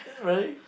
really